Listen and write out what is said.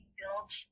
built